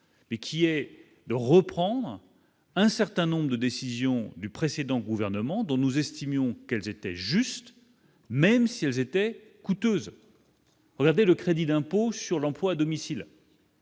mais qui est de reprendre un certain nombre de décisions du précédent gouvernement dont nous estimions qu'elles étaient justes, même si elles étaient coûteuses. Avez le crédit d'impôt sur l'emploi à domicile.